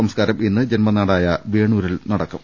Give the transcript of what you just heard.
സംസ്കാരം ഇന്ന് ജന്മനാടായ വേണൂരിൽ നടത്തും